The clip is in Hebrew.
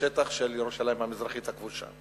בשטח של ירושלים המזרחית הכבושה.